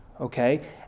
Okay